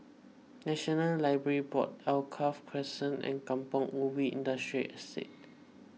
National Library Board Alkaff Crescent and Kampong Ubi Industrial Estate